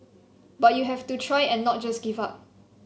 but you have to try and not just give up